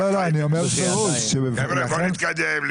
בואו נתקדם.